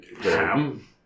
ham